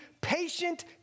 patient